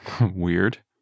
Weird